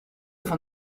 van